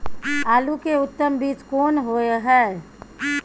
आलू के उत्तम बीज कोन होय है?